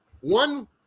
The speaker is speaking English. One